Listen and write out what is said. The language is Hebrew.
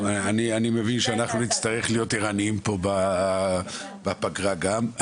אני מבין שאנחנו נצטרך להיות עירניים פה בפגרה גם.